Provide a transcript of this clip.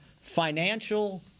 financial